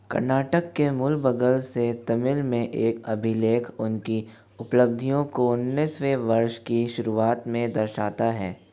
कर्नाटक के मुलबगल से तमिल में एक अभिलेख उनकी उपलब्धियों को उन्नीसवें वर्ष की शुरुआत में दर्शाता है